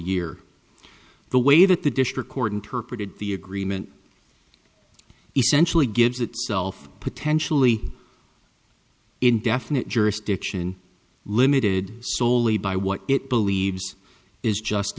year the way that the district court interpreted the agreement essentially gives itself potentially indefinite jurisdiction limited soley by what it believes is just